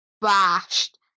bashed